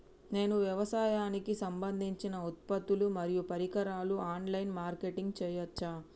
నేను వ్యవసాయానికి సంబంధించిన ఉత్పత్తులు మరియు పరికరాలు ఆన్ లైన్ మార్కెటింగ్ చేయచ్చా?